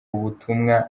ubutumwa